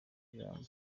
ijambo